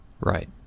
Right